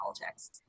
politics